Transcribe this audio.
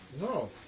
No